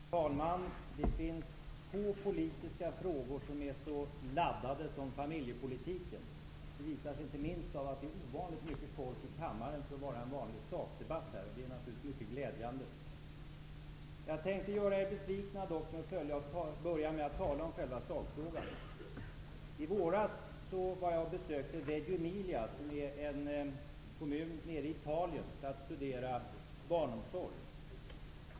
Fru talman! Det finns få politiska frågor som är så laddade som familjepolitiken. Det visar sig inte minst av att det nu är ovanligt mycket folk i kammaren i samband med en sakdebatt, något som naturligtvis är mycket glädjande. Kanske kommer jag att göra er besvikna, eftersom jag nu tänker börja med att tala om sakfrågan. I våras besökte jag en kommun i Italien för att studera barnomsorg.